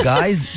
Guys